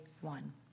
one